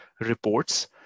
reports